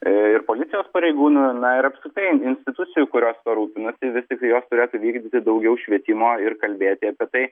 ir policijos pareigūnų na ir apskritai institucijų kurios tuo rūpinasi vis tik jos turėtų vykdyti daugiau švietimo ir kalbėti apie tai